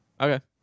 Okay